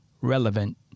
relevant